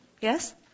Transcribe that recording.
Yes